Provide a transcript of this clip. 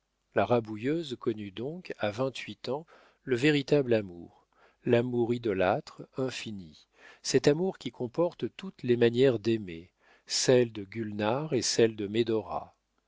la rabouilleuse connut donc à vingt-huit ans le véritable amour l'amour idolâtre infini cet amour qui comporte toutes les manières d'aimer celle de gulnare et celle de médora